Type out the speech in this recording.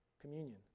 communion